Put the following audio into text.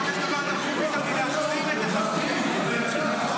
השר ביטון, יש דבר דחוף יותר מלהחזיר את החטופים?